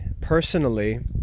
personally